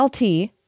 LT